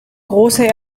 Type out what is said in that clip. große